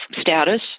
status